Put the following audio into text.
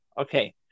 Okay